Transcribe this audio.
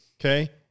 okay